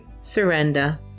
surrender